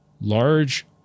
large